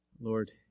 Lord